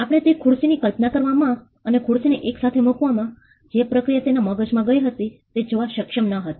આપણે તે ખુરશીની કલ્પના કરવામાં અને ખુરશીને એકસાથે મૂકવામાં જે પ્રક્રિયા તેના મગજમાં ગઈ હતી તે જોવા સક્ષમ ન હતા